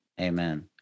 Amen